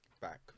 back